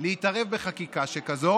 להתערב בחקיקה שכזאת?